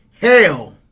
hell